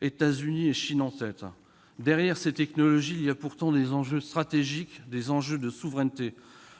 États-Unis et Chine en tête. Derrière ces technologies, il y a pourtant des enjeux stratégiques, des enjeux de souveraineté.